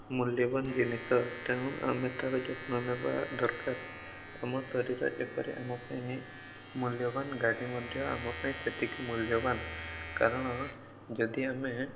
ମୂଲ୍ୟବାନ ଜିନିଷ ତେଣୁ ଆମେ ତାର ଯତ୍ନ ନେବା ଦରକାର ଆମ ଶରୀର ଯେପରି ଆମ ପାଇଁ ମୂଲ୍ୟବାନ ଗାଡ଼ି ମଧ୍ୟ ଆମ ପାଇଁ ସେତିକି ମୂଲ୍ୟବାନ କାରଣ ଯଦି ଆମେ